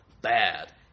bad